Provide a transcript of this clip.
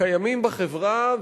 קיימות בחברה,